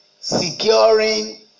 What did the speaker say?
securing